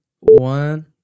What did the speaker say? one